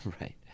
Right